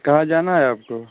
कहाँ जाना है आपको